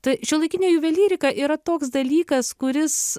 ta šiuolaikinė juvelyrika yra toks dalykas kuris